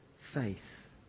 Faith